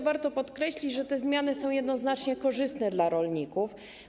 Warto podkreślić, że te zmiany są jednoznacznie korzystne dla rolników.